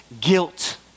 guilt